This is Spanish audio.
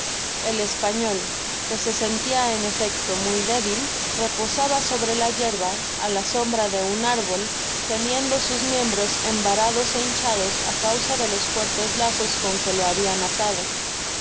el español que se sentia en efecto muy débil reposaba sobre la yerba á la sombra de un árbol teniendo sus miembros envarados é hinchados á causa de los fuertes lazos conque lo babian atado vi